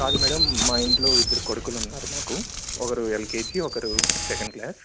కాదు మేడం మా ఇంట్లో ఇద్దరు కొడుకులున్నారు మాకు ఒకరు ఎల్కేజీ ఒకరు సెకండ్ క్లాస్